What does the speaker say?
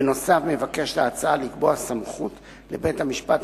בנוסף מבקשת ההצעה לקבוע סמכות לבית-המשפט